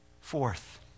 Fourth